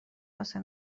واسه